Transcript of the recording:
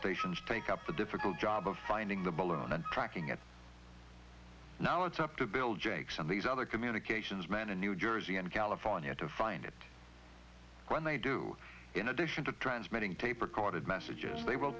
stations take up the difficult job of finding the balloon and tracking it now it's up to bill jakes and these other communications men in new jersey and california to find it when they do in addition to transmitting tape recorded messages they will